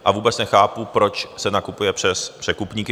A vůbec nechápu, proč se nakupuje přes překupníky?